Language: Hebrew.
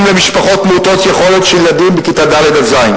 למשפחות מעוטות יכולת של ילדים בכיתה ד' עד ז'.